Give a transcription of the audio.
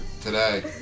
today